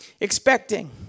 expecting